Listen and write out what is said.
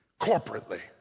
corporately